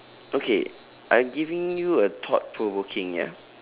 okay I'm giving you a thought provoking ya